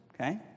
Okay